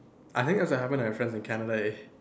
I think it also happen with my friends in Canada eh